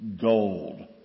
gold